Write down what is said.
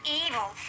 evil